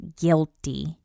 guilty